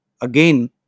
again